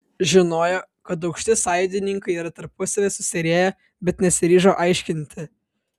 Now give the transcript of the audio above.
žinojo kad aukšti sąjūdininkai yra tarpusavyje susirieję bet nesiryžo aiškinti